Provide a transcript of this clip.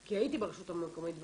כי הייתי ברשות המקומית.